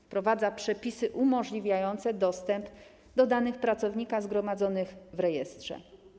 Wprowadza przepisy umożliwiające dostęp do danych pracownika zgromadzonych w rejestrze.